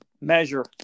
Measure